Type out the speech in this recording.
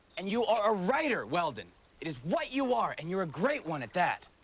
and you are a writer, weldon it is what you are, and you are a great one at that.